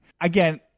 Again